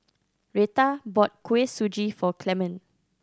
Retta bought Kuih Suji for Clemon